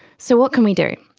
so what can we do?